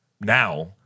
now